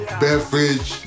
beverage